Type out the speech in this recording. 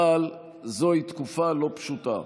אבל זוהי תקופה לא פשוטה.